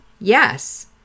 Yes